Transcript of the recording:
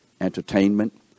entertainment